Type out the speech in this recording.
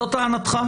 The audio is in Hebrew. זאת טענתך?